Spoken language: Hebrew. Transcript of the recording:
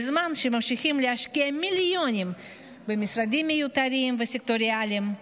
בזמן שממשיכים להשקיע מיליונים במשרדים מיותרים וסקטוריאליים,